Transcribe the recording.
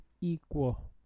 equal